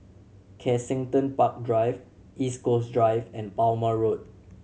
Kensington Park Drive East Coast Drive and Palmer Road